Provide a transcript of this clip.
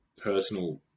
personal